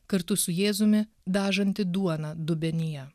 kartu su jėzumi dažantį duoną dubenyje